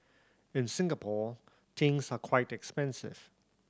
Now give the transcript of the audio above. in Singapore things are quite expensive